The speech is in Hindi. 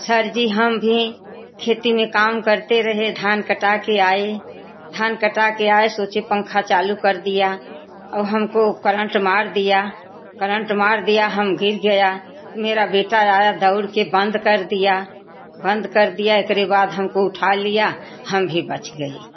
सर जी हम भी खेती में काम करते रहे धान कटा के आए धान कटा के आए सोचे पंखा चालू कर दिया और हमको करंट मार दिया करंट मार दिया हम गिर गया मेरा बेटा आया दौड़ के बंद कर दिया बंद कर दिया उसके बाद हमको उठा लिया हम भी बच गए